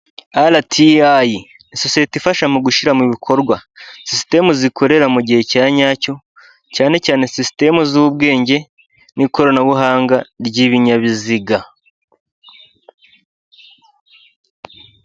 RTI sosiyete ifasha mu gushyira mu bikorwa system zikorera mu gihe cyanyacyo cyane cyane system z'ubwenge n'ikoranabuhanga ry'ibinyabiziga.